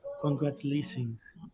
Congratulations